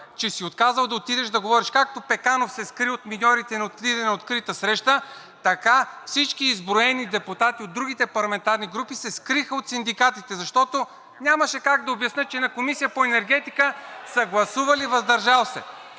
че си отказал да отидеш да говориш. Както Пеканов се скри от миньорите и не отиде на открита среща, така всички изброени депутати от другите парламентарни групи се скриха от синдикатите, защото нямаше как да обяснят, че в Комисията по енергетика са гласували въздържал се!